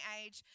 age